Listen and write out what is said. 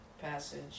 passage